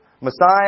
Messiah